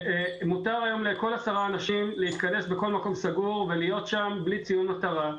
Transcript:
מותר היום לכל 10 אנשים להתכנס בכל מקום סגור ולהיות שם בלי ציון מטרה.